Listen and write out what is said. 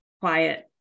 quiet